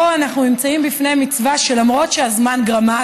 פה אנחנו נמצאים לפני מצווה שלמרות שהזמן גרמה,